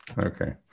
okay